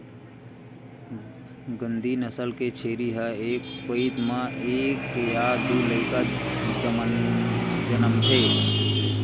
गद्दी नसल के छेरी ह एक पइत म एक य दू लइका जनमथे